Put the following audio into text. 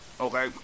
okay